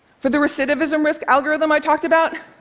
for the recidivism risk algorithm i talked about,